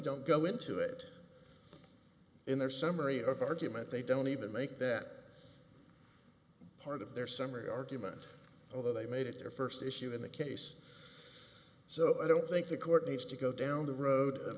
don't go into it in their summary of argument they don't even make that part of their summary argument although they made it their first issue in the case so i don't think the court needs to go down the road of